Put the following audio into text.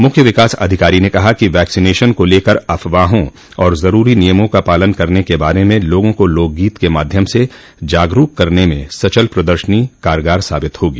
मुख्य विकास अधिकारी ने कहा कि वैक्सिनेशन को लेकर अफवाहों और जरूरी नियमों का पालन करने के बारे में लोगों को लोकगीत के माध्यम से जागरूक करने में सचल प्रदर्शनी कारगर साबित होगी